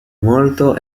molto